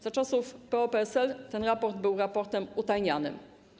Za czasów PO-PSL ten raport był raportem utajnianym.